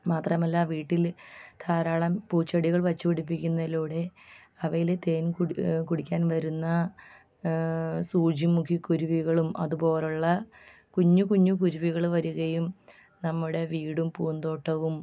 മാത്രമല്ല വീട്ടിൽ ധാരാളം പൂച്ചെടികൾ വെച്ച് പിടിപ്പിക്കുന്നതിലൂടെ അവയിൽ തേൻ കുടി കുടിക്കാൻ വരുന്ന സൂചി മുഖിക്കുരുവികളും അതുപോലുള്ള കുഞ്ഞു കുഞ്ഞു കുരുവികൾ വരുകയും നമ്മുടെ വീടും പൂന്തോട്ടവും